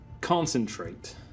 concentrate